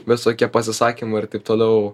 visokie pasisakymai ir taip toliau